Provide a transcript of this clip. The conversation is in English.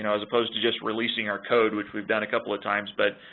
and as opposed to just releasing our code which we've done a couple of times, but